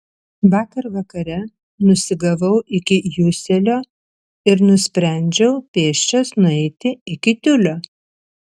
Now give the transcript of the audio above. vakar vakare nusigavau iki juselio ir nusprendžiau pėsčias nueiti iki tiulio